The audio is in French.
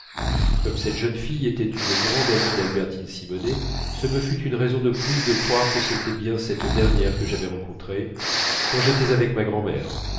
comme cette jeune fille était une grande amie d'albertine simonet ce me fut une raison de plus de croire que c'était bien cette dernière que j'avais rencontrée quand j'étais avec ma grand'mère